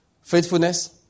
faithfulness